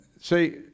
see